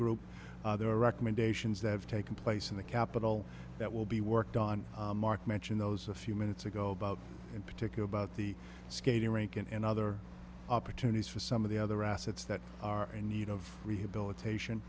group there are recommendations that have taken place in the capital that will be worked on mark mentioned those a few minutes ago about in particular about the skating rink and other opportunities for some of the other assets that are in need of rehabilitation